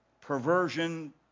perversion